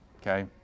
Okay